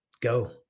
go